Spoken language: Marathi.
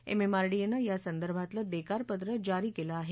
एमएमआरडीएनं यासंदर्भातलं देकार पत्र जारी केलं आहे